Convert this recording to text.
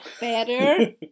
Better